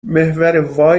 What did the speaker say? محور